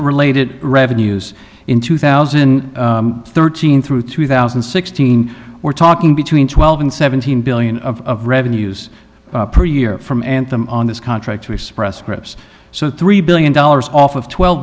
related revenues in two thousand and thirteen through two thousand and sixteen we're talking between twelve and seventeen billion of revenues per year from anthem on this contract to express scripts so three billion dollars off of twelve